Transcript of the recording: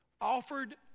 offered